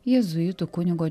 jėzuitų kunigo